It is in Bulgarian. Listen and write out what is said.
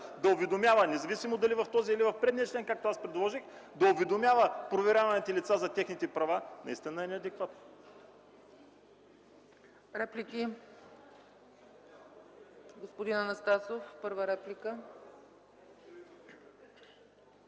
да уведомява, независимо дали в този или в предишния член, както аз предложих, да уведомява проверяваните лица за техните права, наистина е неадекватно. ПРЕДСЕДАТЕЛ ЦЕЦКА ЦАЧЕВА: Реплики? Господин Анастасов – първа реплика.